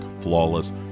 flawless